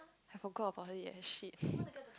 I forgot about it eh shit